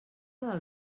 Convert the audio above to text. del